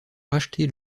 racheté